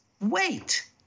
Wait